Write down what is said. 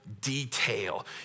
detail